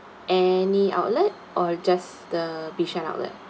any outlet or just the bishan outlet